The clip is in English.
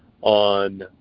on